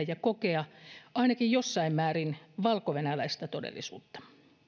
ja kokea ainakin jossain määrin valkovenäläistä todellisuutta